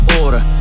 Order